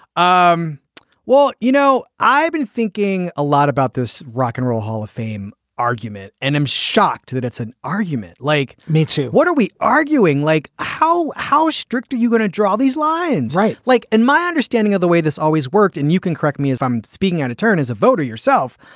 um well, you know, i've been thinking a lot about this. rock and roll hall of fame argument. and i'm shocked that it's an argument like me too. what are we arguing like? how how strict are you going to draw these lines? right. like in my understanding of the way this always worked and you can correct me as i'm speaking out of turn as a voter yourself,